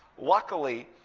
luckily,